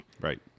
Right